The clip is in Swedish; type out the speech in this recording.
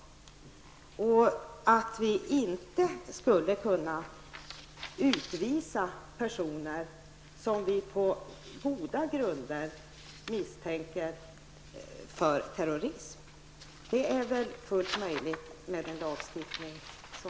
Jag förstår inte heller att vi med nuvarande lagstiftning inte skulle kunna utvisa personer som vi på goda grunder misstänker för terrorism.